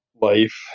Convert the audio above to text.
life